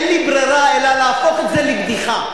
אין לי ברירה אלא להפוך את זה לבדיחה.